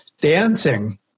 dancing